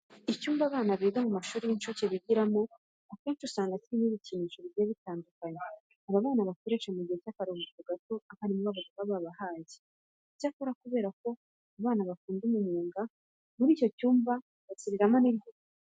Icyumba abana biga mu mashuri y'incuke bigiramo akenshi usanga kirimo ibikinisho bigiye bitandukanye aba bana bakoresha mu gihe cy'akaruhuko gato, abarimu babo baba babahaye. Icyakora kubera ko abana bakunda umunyenga, muri icyo cyumba babashyiriramo n'ibyicungo.